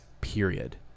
period